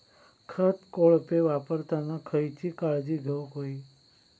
खत कोळपे वापरताना खयची काळजी घेऊक व्हयी?